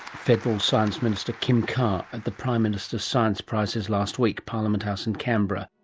federal science minister kim carr at the prime minister's science prizes last week, parliament house in canberra